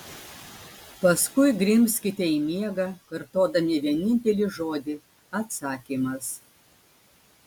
paskui grimzkite į miegą kartodami vienintelį žodį atsakymas